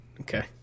Okay